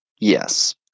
Yes